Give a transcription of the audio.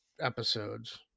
episodes